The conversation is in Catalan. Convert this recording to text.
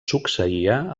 succeïa